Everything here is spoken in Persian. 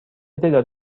تعداد